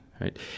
right